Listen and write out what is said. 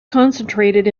concentrated